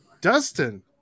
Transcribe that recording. Dustin